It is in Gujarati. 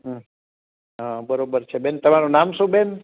હઁ બરોબર છે બેન તમારું નામ શું બેન